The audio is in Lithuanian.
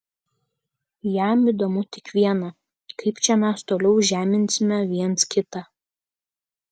jam įdomu tik viena kaip čia mes toliau žeminsime viens kitą